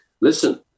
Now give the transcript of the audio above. Listen